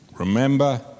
Remember